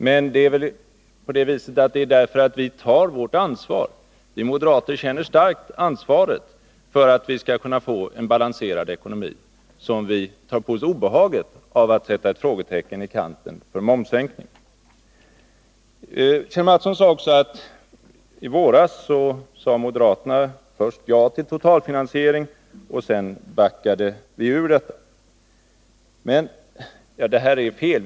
Men det är därför att vi moderater känner ett sådant starkt ansvar för att vi skall kunna få en balanserad ekonomi som vi tar på oss obehaget av att sätta ett frågetecken i kanten för en momssänkning. Kjell Mattsson sade också att moderaterna i våras först sade ja till en totalfinansiering och sedan backade ur detta. Det är fel.